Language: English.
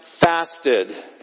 fasted